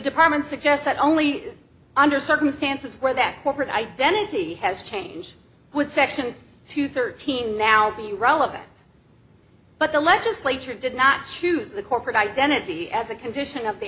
department suggests that only under circumstances where that corporate identity has changed would section two thirteen now be relevant but the legislature did not choose the corporate identity as a condition of the